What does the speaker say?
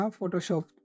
Photoshop